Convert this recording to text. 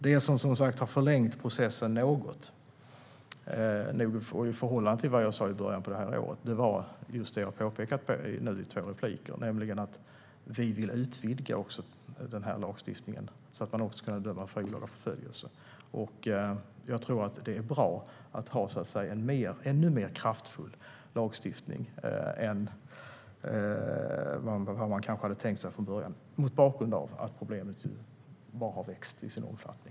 Det som förlängt processen något i förhållande till vad jag sa i början av året är det som jag nu påpekat i två inlägg, nämligen att vi vill utvidga lagstiftningen så att man även ska kunna döma för olaga förföljelse. Mot bakgrund av att problemet växt i omfattning tror jag att det är bra att ha en ännu mer kraftfull lagstiftning än vad man kanske hade tänkt sig från början.